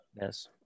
Yes